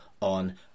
on